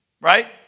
right